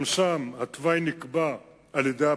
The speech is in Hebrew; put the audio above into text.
גם שם התוואי נקבע על-ידי בג"ץ.